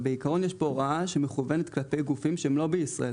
אבל בעיקרון יש פה הוראה שמכוונת כלפי גופים שלא בישראל,